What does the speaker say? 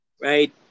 right